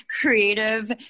creative